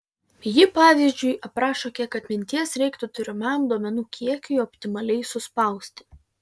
ji pavyzdžiui aprašo kiek atminties reiktų turimam duomenų kiekiui optimaliai suspausti